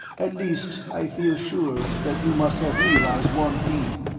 at least i feel sure that you must have realized one thing.